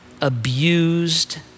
abused